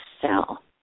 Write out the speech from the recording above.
cell